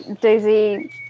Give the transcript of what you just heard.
Daisy